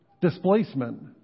displacement